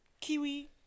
Kiwi